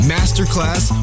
Masterclass